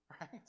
right